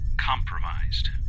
compromised